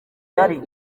yari